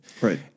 Right